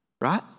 Right